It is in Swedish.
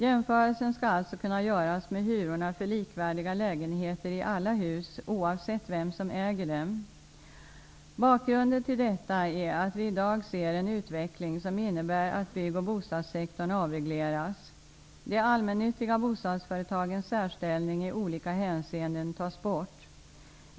Jämförelsen skall alltså kunna göras med hyrorna för likvärdiga lägenheter i alla hus, oavsett vem som äger dem. Bakgrunden till detta är att vi i dag ser en utveckling som innebär att bygg och bostadssektorn avregleras. De allmännyttiga bostadsföretagens särställning i olika hänseenden tas bort.